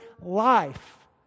life